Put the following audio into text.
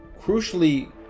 crucially